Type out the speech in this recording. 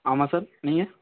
ஆமாம் சார் நீங்கள்